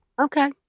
okay